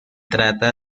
trata